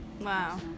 Wow